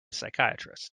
psychiatrist